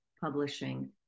Publishing